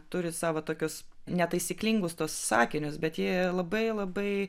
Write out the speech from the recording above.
turi savo tokius netaisyklingus tuos sakinius bet jie labai labai